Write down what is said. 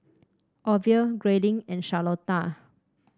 Orville Grayling and Charlotta